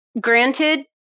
granted